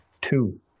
Two